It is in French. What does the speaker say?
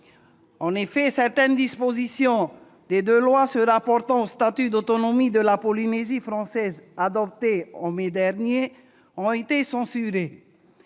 En effet, certaines dispositions des deux lois se rapportant au statut d'autonomie de la Polynésie française adoptées en mai dernier ont été censurées.